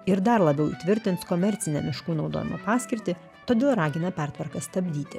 ir dar labiau įtvirtins komercinę miškų naudojimo paskirtį todėl ragina pertvarkas stabdyti